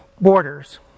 borders